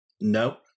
No